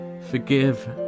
forgive